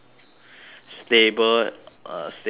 stable uh stable income